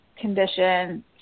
condition